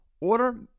Order